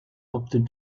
opted